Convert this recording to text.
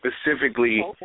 specifically